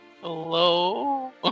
Hello